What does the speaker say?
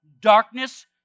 darkness